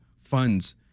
funds